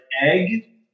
egg